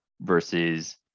versus